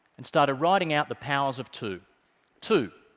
and started writing out the powers of two two,